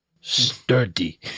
sturdy